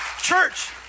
Church